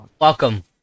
welcome